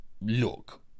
Look